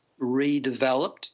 redeveloped